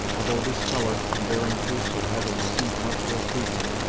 although discolored, and bearing proofs of having received much ill-treatment,